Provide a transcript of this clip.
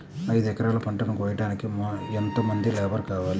ఐదు ఎకరాల పంటను కోయడానికి యెంత మంది లేబరు కావాలి?